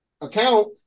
account